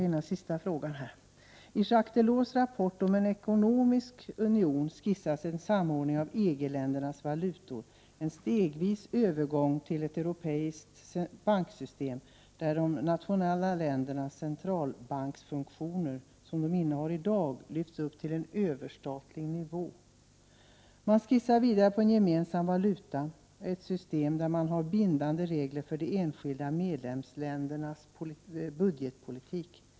I Jacques Delors rapport om en ekonomisk union skissas en samordning av EG-ländernas valutor, en stegvis övergång till ett europeiskt banksystem där de nationella ländernas centralbanksfunktioner, som de innehar i dag, lyfts upp till överstatlig EG-nivå. Man skissar vidare på en gemensam valuta och ett system där man har bindande regler för de enskilda medlemsländernas budgetpolitik.